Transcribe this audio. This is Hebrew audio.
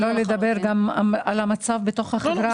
שלא לדבר גם על המצב בתוך החברה הערבית.